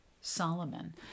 solomon